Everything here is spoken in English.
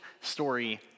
story